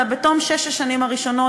אלא בתום שש השנים הראשונות,